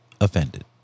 offended